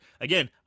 Again